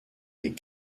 est